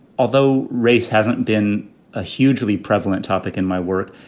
although race hasn't been a hugely prevalent topic in my work,